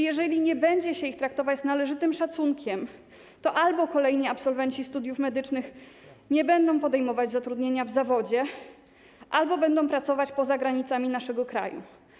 Jeżeli nie będzie się ich traktować z należytym szacunkiem, to albo kolejni absolwenci studiów medycznych nie będą podejmować zatrudnienia w zawodzie, albo będą pracować poza granicami naszego kraju.